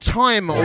time